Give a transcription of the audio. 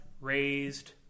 raised